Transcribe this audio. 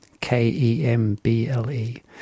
K-E-M-B-L-E